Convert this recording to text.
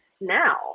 Now